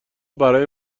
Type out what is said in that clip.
برای